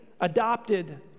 adopted